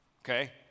okay